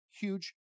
Huge